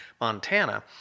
Montana